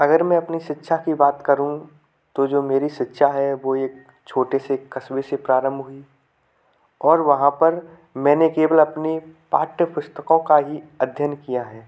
अगर मैं अपनी शिक्षा की बात करुँ तो जो मेरी शिक्षा है वह एक छोटे से कस्बे से प्रारंभ हुई और वहाँ पर मैंने केवल अपनी पाठ्य पुस्तकों का ही अध्ययन किया है